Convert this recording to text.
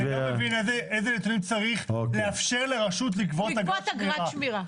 אני לא מבין איזה נתונים צריך לאפשר לרשות לגבות אגרת שמירה.